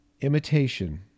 Imitation